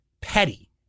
petty